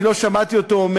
אני לא שמעתי אותו אומר,